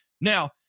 Now